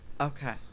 Okay